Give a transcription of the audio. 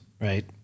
Right